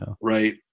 right